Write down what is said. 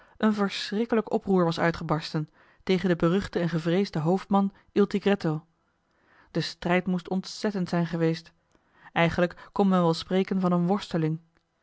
een verschrikkelijk oproer was uitgebarsten tegen den beruchten en gevreesden hoofdman il tigretto de strijd moest ontzettend zijn geweest eigenlijk kon men wel spreken van een worsteling